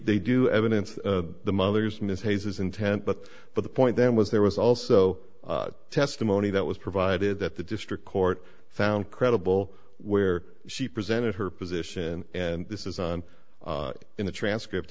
they do evidence the mother's mis hayes's intent but but the point then was there was also testimony that was provided that the district court found credible where she presented her position and this is on in the transcript